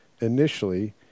initially